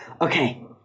okay